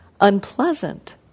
unpleasant